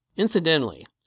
Incidentally